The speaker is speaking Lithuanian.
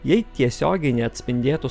jei tiesiogiai neatspindėtų